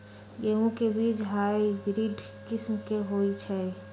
गेंहू के बीज हाइब्रिड किस्म के होई छई?